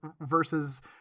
versus